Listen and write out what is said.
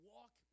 Walk